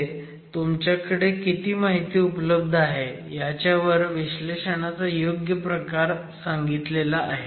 मध्ये तुमच्याकडे किती माहिती उपलब्ध आहे ह्याच्यावर विश्लेषणाचा योग्य प्रकार सांगितलेला आहे